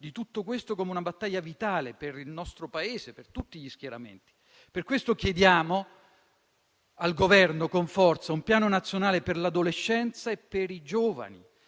di tutto questo come di una battaglia vitale per il nostro Paese e per tutti gli schieramenti. Per questo, chiediamo al Governo, con forza, un piano nazionale per l'adolescenza e per i giovani,